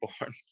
born